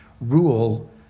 rule